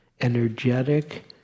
energetic